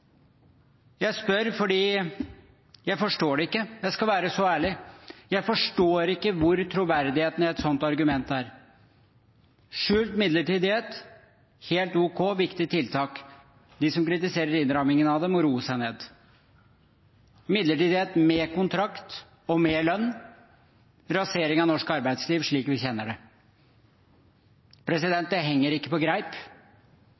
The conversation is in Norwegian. Jeg spør fordi jeg ikke forstår det, jeg skal være så ærlig; jeg forstår ikke hvor troverdigheten i et sånt argument er. Skjult midlertidighet – helt ok, viktig tiltak. De som kritiserer innretningen av det, må roe seg ned. Midlertidighet med kontrakt og med lønn – rasering av norsk arbeidsliv slik vi kjenner det. Det henger ikke på greip.